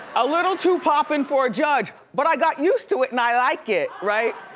a little too poppin' for a judge, but i got used to it and i like it, right?